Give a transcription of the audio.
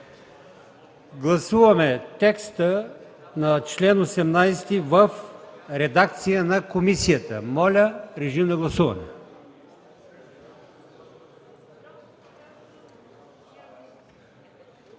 Гласуваме текста на чл. 18 в редакция на комисията. Моля, гласувайте.